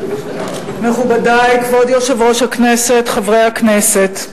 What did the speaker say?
מכובדי, כבוד יושב-ראש הכנסת, חברי הכנסת,